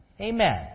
Amen